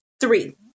three